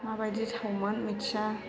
माबायदि थावमोन मिथिया